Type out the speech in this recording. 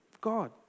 God